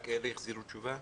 רק אלה החזירו תשובה?